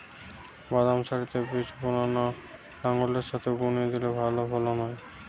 বাদাম সারিতে বীজ বোনা না লাঙ্গলের সাথে বুনে দিলে ভালো ফলন হয়?